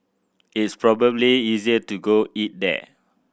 it's probably easier to go eat there